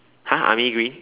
!huh! army green